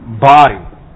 body